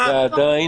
ועדיין